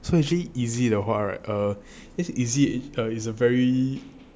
so actually easy 的话 right or it's easy uh is a very